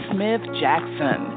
Smith-Jackson